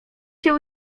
się